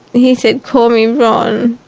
he said, call me ron.